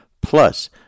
Plus